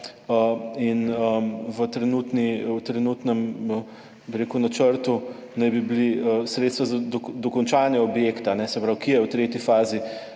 in v trenutnem načrtu naj bi bila sredstva za dokončanje objekta, ki je v tretji fazi,